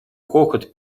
хохот